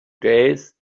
days